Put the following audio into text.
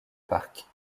parc